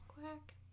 Quack